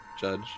judge